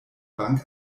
bank